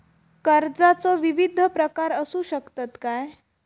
कर्जाचो विविध प्रकार असु शकतत काय?